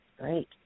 great